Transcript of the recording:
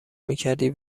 میکردی